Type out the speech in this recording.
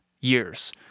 years